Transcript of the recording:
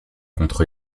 contre